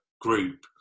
group